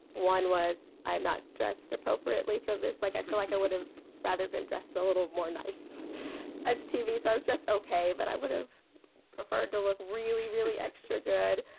one was i'm not dressed appropriately for this like i feel like i would have rather been dressed a little more nice tv so i was just ok. but i would have preferred to look really really extra good.